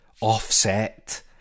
Offset